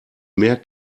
mehr